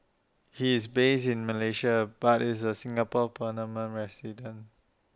he is based in Malaysia but is A Singapore permanent resident